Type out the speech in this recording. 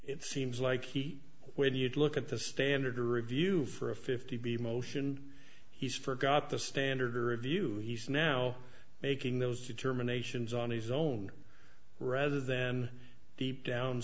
it seems like he would you'd look at the standard or review for a fifty b motion he's forgot the standard or a view he's now making those determinations on his own rather than deep down